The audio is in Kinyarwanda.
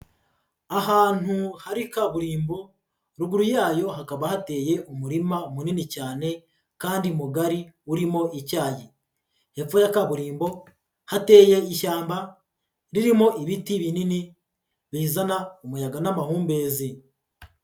Ahantu hari kaburimbo, ruguru yayo hakaba hateye umurima munini cyane kandi mugari urimo icyayi. Hepfo ya kaburimbo, hateye iishyamba ririmo ibiti binini bizana umuyaga n'amahumbezi.